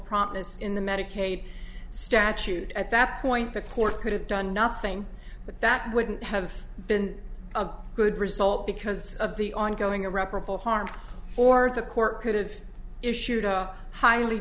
promise in the medicaid statute at that point the court could have done nothing but that wouldn't have been a good result because of the ongoing irreparable harm or the court could have issued a highly